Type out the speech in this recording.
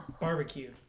barbecue